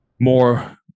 more